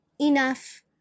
enough